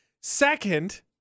Second